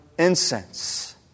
incense